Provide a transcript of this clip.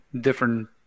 different